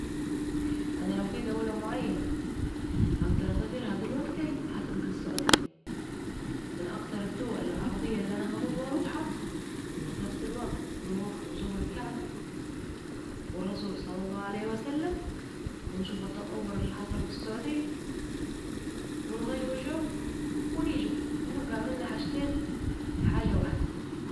انا لو في دولة معينه هقدر اسافرها دلوقتي، هتبقى السعودية. من أكثر الدول العربية اللي أنا هموت وأروحها! وفي نفس الوقت نروح نزور الكعبة والرسول صلى الله عليه وسلم، ونشوف التطوّر اللي حاصل في السعودية ، ونغيّر جو... ونيجوا! 😍🌍🕋 ونبقي عملنا حاجتين في حاجه وحدة